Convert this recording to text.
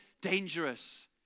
dangerous